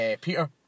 Peter